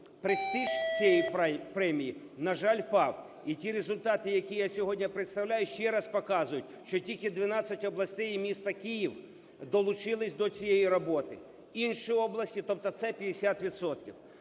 престиж цієї премії, на жаль, впав. І ті результати, які я сьогодні представляю, ще раз показують, що тільки 12 областей і місто Київ долучилися до цієї роботи, інші області, тобто це 50